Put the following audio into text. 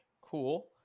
cool